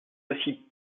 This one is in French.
aussi